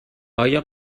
آیا